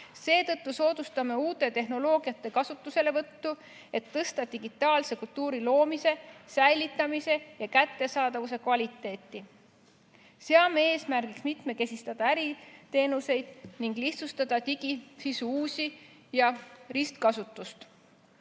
Seetõttu soodustame uue tehnoloogia kasutuselevõttu, et tõsta digitaalse kultuuri loomise, säilitamise ja kättesaadavuse kvaliteeti. Seame eesmärgiks mitmekesistada äriteenuseid ning lihtsustada digisisu uus- ja ristkasutust.